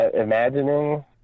Imagining